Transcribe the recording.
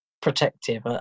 protective